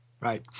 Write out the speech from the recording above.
Right